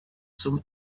some